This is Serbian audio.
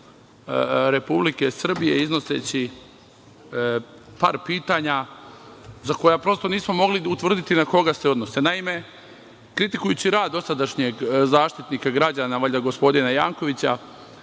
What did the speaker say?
Republike Srbije iznoseći par pitanja za koja prosto nismo mogli da utvrditi na koga se odnose. Naime, kritikujući rad dosadašnjeg Zaštitnika građana, valjda gospodina Jankovića,